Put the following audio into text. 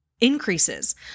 increases